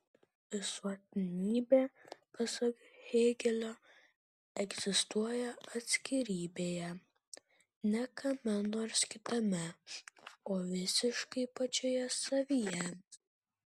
visuotinybė pasak hėgelio egzistuoja atskirybėje ne kame nors kitame o visiškai pačioje savyje